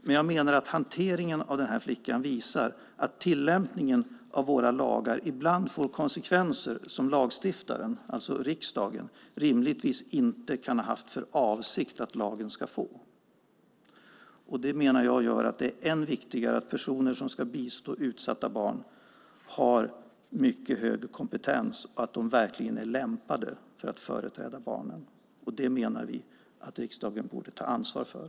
Men jag menar att hanteringen av flickan visar att tillämpningen av våra lagar ibland får konsekvenser som lagstiftaren, alltså riksdagen, rimligtvis inte kan ha haft för avsikt att lagen skulle få. Jag menar att det gör att det är ännu viktigare att personer som ska bistå utsatta barn har mycket hög kompetens och att de verkligen är lämpade att företräda barnen. Det menar vi att riksdagen borde ta ansvar för.